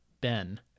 Ben